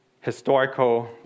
historical